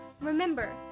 Remember